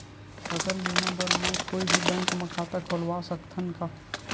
फसल बीमा बर का मैं कोई भी बैंक म खाता खोलवा सकथन का?